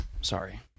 Sorry